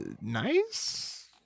Nice